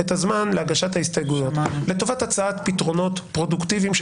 את הזמן להגשת ההסתייגויות לטובת הצעת פתרונות פרודוקטיביים,